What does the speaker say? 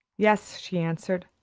yes, she answered.